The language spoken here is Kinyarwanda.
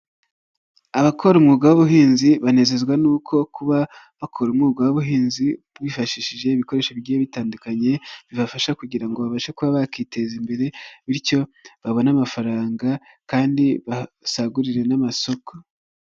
Abakora umwuga w'ubuhinzi banezezwa nuko kuba bakora umwuga w'ubuhinzi bifashishije ibikoresho bigiye bitandukanye bibafasha kugira ngo babashe kuba bakiteza imbere, bityo babone amafaranga kandi basagurire n'amasoko.